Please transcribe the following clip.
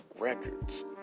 records